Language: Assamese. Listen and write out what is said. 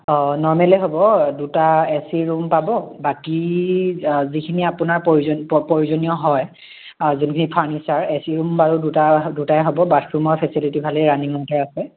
অঁ নৰ্মেলেই হ'ব দুটা এচি ৰুম পাব বাকী যিখিনি আপোনাৰ প্ৰয়ো প্ৰ প্ৰয়োজনীয় হয় আৰু যিখিনি ফাৰ্ণিচাৰ এচি ৰুম বাৰু দুটাই হ'ব বাথৰূমৰ ফেচিলিটি বাৰু ভালেই ৰানিং ৱাটাৰ আছে